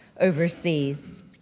overseas